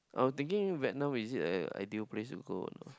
I were thinking Vietnam is it a ideal place to go or not